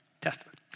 Testament